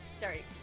Sorry